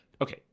Okay